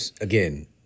again